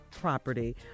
property